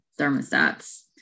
thermostats